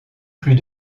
plus